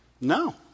No